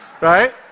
right